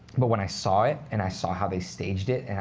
but when i saw it, and i saw how they staged it, and